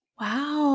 Wow